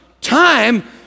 time